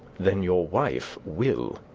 then your wife will.